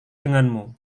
denganmu